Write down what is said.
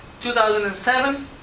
2007